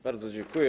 Bardzo dziękuję.